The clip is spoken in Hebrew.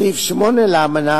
סעיף 8 לאמנה